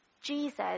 Jesus